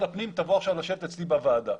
הפנים שיבוא לשבת אצלו עכשיו בוועדה?